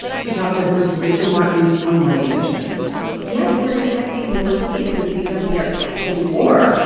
she talked to host rachel martin on morning edition yes, we're detecting more cases because we are testing more,